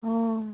অঁ